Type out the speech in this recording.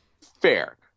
Fair